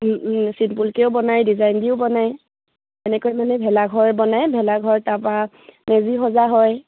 চিম্পুলকৈও বনায় ডিজাইন দিও বনায় এনেকৈ মানে ভেলাঘৰ বনায় ভেলাঘৰ তাৰপৰা মেজি সজা হয়